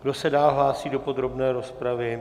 Kdo se dál hlásí do podrobné rozpravy?